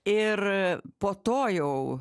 ir po to jau